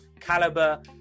caliber